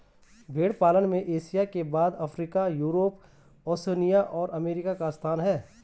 भेंड़ पालन में एशिया के बाद अफ्रीका, यूरोप, ओशिनिया और अमेरिका का स्थान है